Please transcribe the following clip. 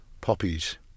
poppies